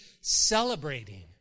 celebrating